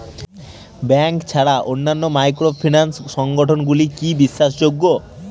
Bank ছাড়া অন্যান্য microfinance সংগঠন গুলি কি বিশ্বাসযোগ্য?